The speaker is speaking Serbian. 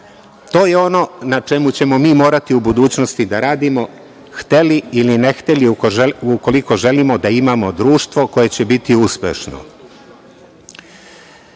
To je ono na čemu ćemo mi morati u budućnosti da radimo, hteli ili ne hteli, ukoliko želimo da imamo društvo koje će biti uspešno. Kažu